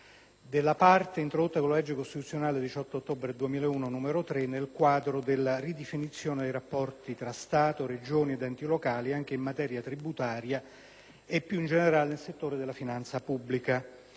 della Parte II, introdotta con la legge costituzionale 18 ottobre 2001, n. 3, nel quadro della ridefinizione dei rapporti tra Stato, Regioni ed enti locali anche in materia tributaria e, più in generale, nel settore della finanza pubblica.